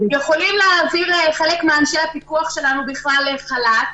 יכולים להעביר חלק מאנשי הפיקוח שלנו לחל"ת,